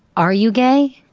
are you gay?